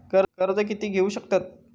कर्ज कीती घेऊ शकतत?